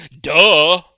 Duh